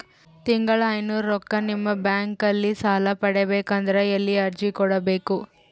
ತಿಂಗಳ ಐನೂರು ರೊಕ್ಕ ನಿಮ್ಮ ಬ್ಯಾಂಕ್ ಅಲ್ಲಿ ಸಾಲ ಪಡಿಬೇಕಂದರ ಎಲ್ಲ ಅರ್ಜಿ ಕೊಡಬೇಕು?